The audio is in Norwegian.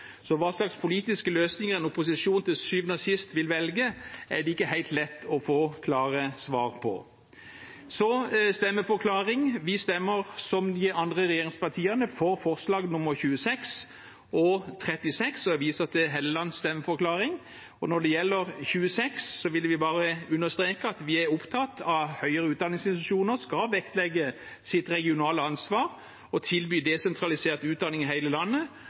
Så hva slags politiske løsninger en opposisjon til syvende og siste vil velge, er det ikke helt lett å få klare svar på. Så en stemmeforklaring: Vi stemmer som de andre regjeringspartiene for forslagene nr. 26 og 36, og jeg viser til representanten Hellelands stemmeforklaring. Når det gjelder forslag nr. 26, vil vi bare understreke at vi er opptatt av at høyere utdanningsinstitusjoner skal vektlegge sitt regionale ansvar og tilby desentralisert utdanning i hele landet.